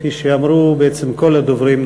כפי שאמרו בעצם כל הדוברים,